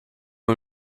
jeu